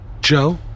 Joe